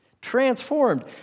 Transformed